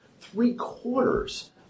three-quarters